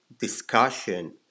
discussion